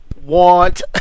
want